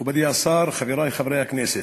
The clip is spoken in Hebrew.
מכובדי השר, חברי חברי הכנסת,